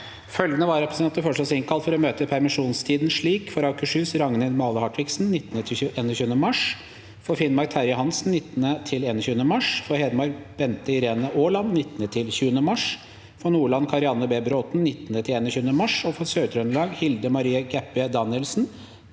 Følgende vararepresentanter innkalles for å møte i permisjonstiden slik: For Akershus: Ragnhild Male Hartviksen 19.–21. mars For Finnmark: Terje Hansen 19.–21. mars For Hedmark: Bente Irene Aaland 19.–20. mars For Nordland: Karianne B. Bråthen 19.–21. mars For Sør-Trøndelag: Hilde Marie Gaebpie Daniel_sen